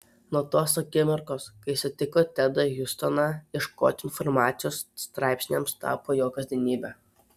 nuo tos akimirkos kai sutiko tedą hjustoną ieškoti informacijos straipsniams tapo jo kasdienybe